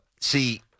see